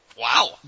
Wow